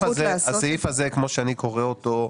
הסעיף הזה, כמו שאני קורא אותו,